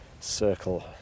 circle